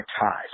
ties